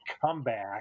comeback